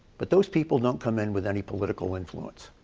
but those people don't come in with any political influence.